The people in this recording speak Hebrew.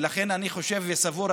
ולכן אני חושב וסבור,